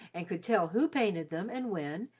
and could tell who painted them and when,